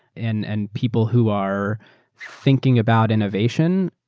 and and people who are thinking about innovation?